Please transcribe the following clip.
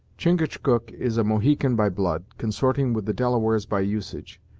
chingachgook is a mohican by blood, consorting with the delawares by usage,